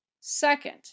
Second